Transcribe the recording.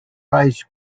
rice